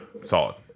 solid